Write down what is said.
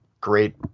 great